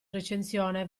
recensione